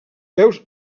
peus